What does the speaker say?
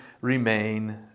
remain